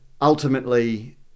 Ultimately